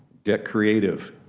get creative,